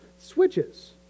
switches